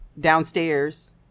downstairs